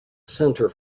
centre